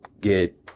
get